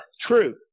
true